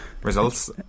Results